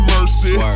Mercy